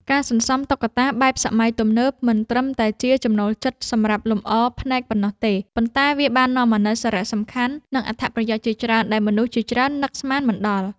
ការសន្សំតុក្កតាបែបសម័យទំនើបមិនត្រឹមតែជាចំណូលចិត្តសម្រាប់លម្អភ្នែកប៉ុណ្ណោះទេ ប៉ុន្តែវាបាននាំមកនូវសារៈសំខាន់ និងអត្ថប្រយោជន៍ជាច្រើនដែលមនុស្សជាច្រើននឹកស្មានមិនដល់។